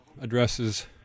addresses